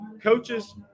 coaches